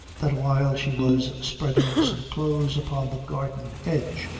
that while she was spreading some clothes upon the garden hedge,